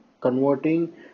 converting